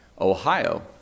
Ohio